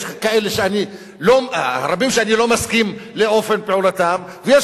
יש רבים שאני לא מסכים לאופן פעולתם ויש